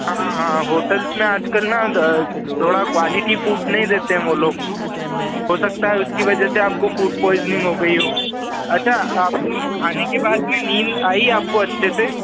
हाँ हाँ होटल्स में आज कल ना ज थोड़ा क्वालिटी फ़ूड नहीं देते हैं वे लोग हो सकता है उसकी वजह से आपको फ़ूड पोइजनींग हो गई हो अच्छा आपको खाने के बाद में नींद आई आपको अच्छे से